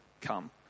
Come